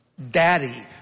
daddy